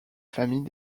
famille